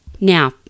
Now